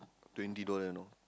twenty dollar know